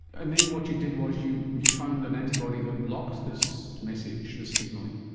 and then what you did was you you found an antibody that blocks this message, this signalling.